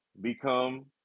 become